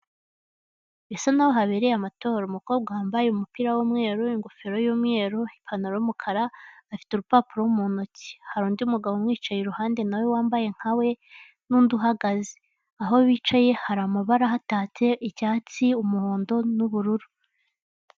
Bisa n'aho habereye amatora, umukobwa wambaye umupira w'umweru ingofero y'umweru, ipantaro y'umukara, bafite urupapuro mu ntoki hari n'undi mugabo umwicaye iruhande nawe wambaye nka we, n'undi uhagaze aho bicaye, hari amabara hatatse icyatsi umuhondo n'ubururu.